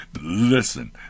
Listen